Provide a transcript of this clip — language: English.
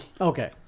Okay